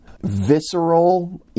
visceral